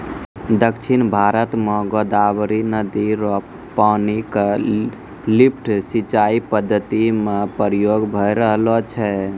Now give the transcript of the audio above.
दक्षिण भारत म गोदावरी नदी र पानी क लिफ्ट सिंचाई पद्धति म प्रयोग भय रहलो छै